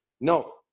no